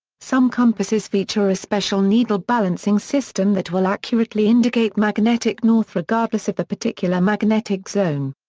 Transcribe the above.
some compasses feature a special needle balancing system that will accurately indicate magnetic north regardless of the particular magnetic zone.